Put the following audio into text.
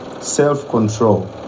self-control